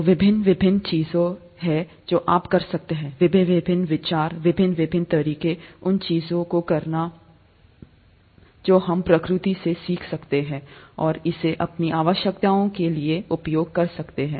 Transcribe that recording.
तो विभिन्न विभिन्न चीजें हैं जो आप कर सकते हैं विभिन्न विभिन्न विचार विभिन्न विभिन्न तरीके उन चीजों को करना जो हम प्रकृति से सीख सकते हैं और इसे अपनी आवश्यकताओं के लिए उपयोग कर सकते हैं